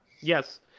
Yes